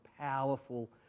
powerful